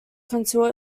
contour